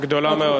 גדולה מאוד.